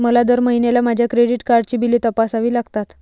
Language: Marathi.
मला दर महिन्याला माझ्या क्रेडिट कार्डची बिले तपासावी लागतात